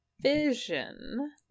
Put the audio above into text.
vision